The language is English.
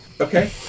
Okay